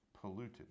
polluted